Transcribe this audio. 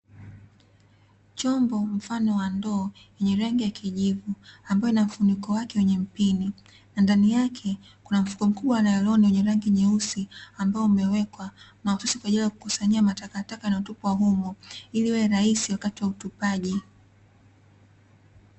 Chombo mfano wa ndoo wenye rangi ya kijivu, ambayo ina mfuniko wake wenye mpini, na ndani yake kuna mfuko mkubwa wa nailoni wenye rangi nyeusi ambao umewekwa mahsusi kwa ajili ya kukusanyia matakataka yanayotupwa humo ili iwe rahisi wakati wa utupaji.